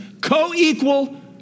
co-equal